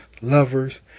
lovers